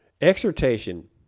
Exhortation